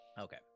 okay